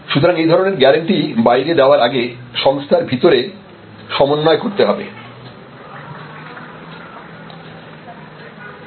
সুতরাং এই ধরনের গ্যারান্টি বাহিরে দেবার আগে সংস্থার ভিতরে সমন্বয় করতে হবে